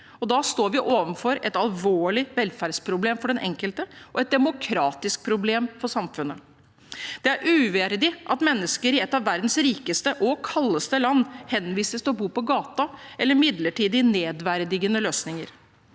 Da står vi overfor et alvorlig velferdsproblem for den enkelte og et demokratisk problem for samfunnet. Det er uverdig at mennesker i et av verdens rikeste og kaldeste land henvises til å bo på gata eller i midlertidige, nedverdigende løsninger.